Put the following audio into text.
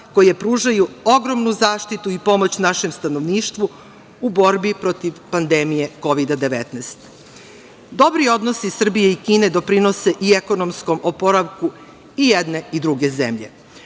koje pružaju ogromnu zaštitu i pomoć našem stanovništvu u borbi protiv pandemije Kovida – 19.Dobri odnosi Srbije i Kine doprinose i ekonomskom oporavku i jedne i druge zemlje.